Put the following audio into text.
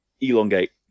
elongate